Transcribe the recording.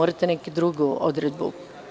Morate neku drugu odredbu.